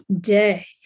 day